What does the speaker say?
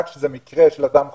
רק כשזה מקרה של אדם חולה,